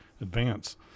advance